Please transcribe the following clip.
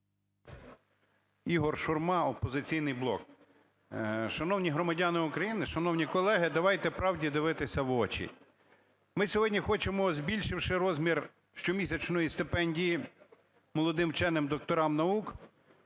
ІгорШурма, "Опозиційний блок". Шановні громадяни України! Шановні колеги! Давайте правді дивитися в очі. Ми сьогодні хочемо, збільшивши розмір щомісячної стипендії молодим вченим, докторам наук,